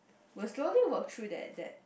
we will slowly work through that that